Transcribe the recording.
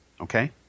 okay